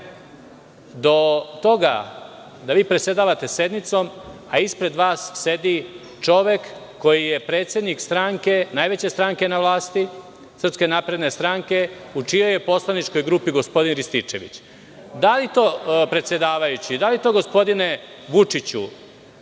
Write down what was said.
Do toga da vi predsedavate sednicom a ispred vas sedi čovek koji je predsednik stranke, najveće stranke na vlasti SNS, u čijoj je poslaničkoj grupi gospodin Rističević. Da li to predsedavajući, da li to gospodine Vučiću,